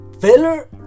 Filler